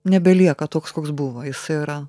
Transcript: nebelieka toks koks buvo jisai yra